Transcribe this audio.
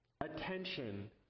attention